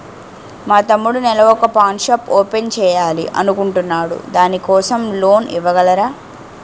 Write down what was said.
మా తమ్ముడు నెల వొక పాన్ షాప్ ఓపెన్ చేయాలి అనుకుంటునాడు దాని కోసం లోన్ ఇవగలరా?